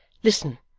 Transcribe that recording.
listen,